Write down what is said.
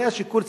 זה השיקול.